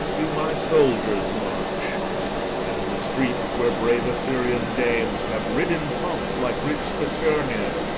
do my soldiers march and in the streets, where brave assyrian dames have rid in pomp like rich saturnia,